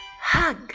hug